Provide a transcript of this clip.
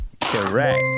correct